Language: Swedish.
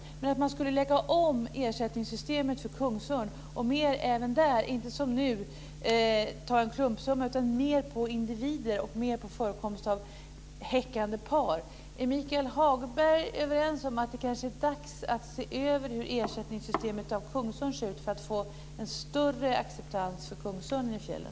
Men man menar att man skulle lägga om ersättningssystemet för kungsörn och att man inte som nu skulle ta en klumpsumma utan mer se till individer och förekomsten av häckande par. Är Michael Hagberg överens om att det kanske är dags att se över ersättningssystemet för kungsörn för att få en större acceptans för kungsörn i fjällen?